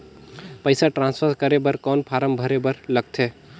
पईसा ट्रांसफर करे बर कौन फारम भरे बर लगथे?